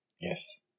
Yes